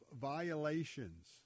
violations